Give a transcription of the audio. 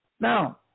Now